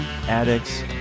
addicts